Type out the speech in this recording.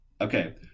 Okay